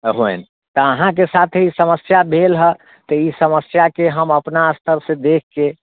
होनि तऽ अहाँके साथे ई समस्या भेल तऽ ई समस्याके हम अपना स्तरसँ देखके